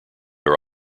are